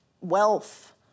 wealth